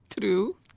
True